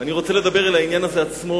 אני רוצה לדבר על העניין הזה עצמו,